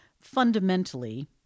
Fundamentally